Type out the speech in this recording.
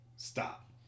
Stop